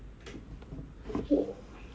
one 两年两年两年